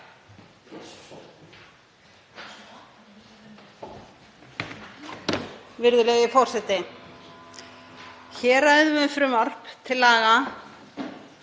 Virðulegi forseti. Hér ræðum við um frumvarp til laga